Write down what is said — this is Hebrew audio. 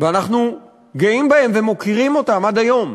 ואנחנו גאים בהם ומוקירים אותם עד היום.